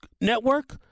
network